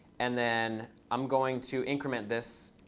and then i'm going to increment this.